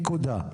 נקודה.